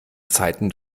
zeiten